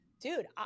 dude